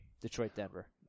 Detroit-Denver